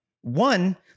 one